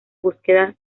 búsquedas